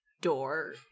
door